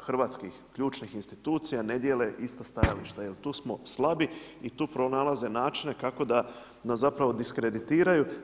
hrvatskih ključnih institucija ne dijele ista stajališta jer tu smo slabi i tu pronalaze načine kako da nas zapravo diskreditiraju.